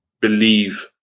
believe